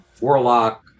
Warlock